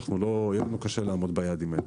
יהיה לנו קשה לעמוד ביעדים האלה.